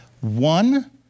One